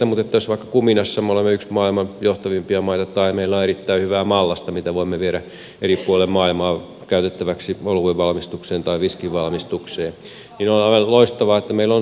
jos vaikka kuminassa me olemme yksi maailman johtavimpia maita tai meillä on erittäin hyvää mallasta mitä voimme viedä eri puolille maailmaa käytettäväksi oluenvalmistukseen tai viskinvalmistukseen niin on aivan loistavaa että meillä on semmoisia esimerkkejä